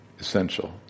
Essential